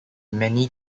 many